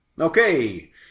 Okay